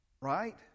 right